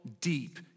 deep